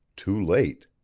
too late.